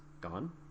gone